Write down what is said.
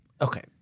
Okay